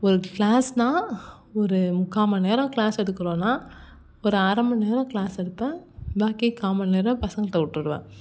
ஒரு க்ளாஸ்னால் ஒரு முக்காமணிநேரம் க்ளாஸ் எடுக்குறோன்னா ஒரு அரை மணிநேரம் க்ளாஸ் எடுப்பேன் பாக்கி காமணிநேரம் பசங்கள்கிட்ட விட்டுருவேன்